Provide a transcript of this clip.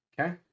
Okay